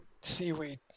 seaweed